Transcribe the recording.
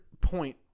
point